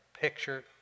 picture